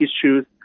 issues